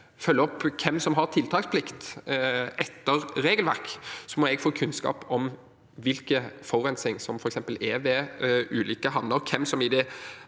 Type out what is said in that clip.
følge opp hvem som har tiltaksplikt etter regelverket, må jeg få kunnskap om hvilken forurensning som er ved ulike havner,